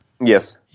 Yes